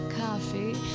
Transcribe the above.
coffee